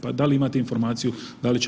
Pa da li imate informaciju da li će